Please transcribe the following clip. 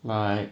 like